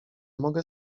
mogę